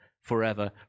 forever